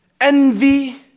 envy